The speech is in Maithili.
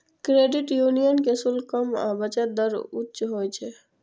क्रेडिट यूनियन के शुल्क कम आ बचत दर उच्च होइ छै